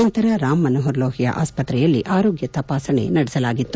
ನಂತರ ರಾಮ ಮನೋಪರ್ ಲೋಹಿಯಾ ಆಸ್ಪತ್ರೆಯಲ್ಲಿ ಆರೋಗ್ಯ ತಪಾಸಣೆ ನಡೆಸಲಾಗಿತ್ತು